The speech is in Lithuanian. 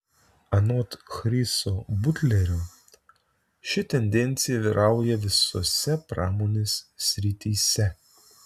anot chriso butlerio ši tendencija vyrauja visose pramonės srityse